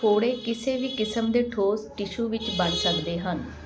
ਫੋੜੇ ਕਿਸੇ ਵੀ ਕਿਸਮ ਦੇ ਠੋਸ ਟਿਸ਼ੂ ਵਿੱਚ ਬਣ ਸਕਦੇ ਹਨ